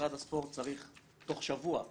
משרד הספורט צריך תוך שבוע לדעתי,